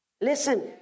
Listen